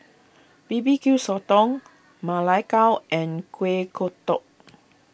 B B Q Sotong Ma Lai Gao and Kuih Kodok